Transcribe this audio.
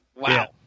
Wow